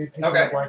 Okay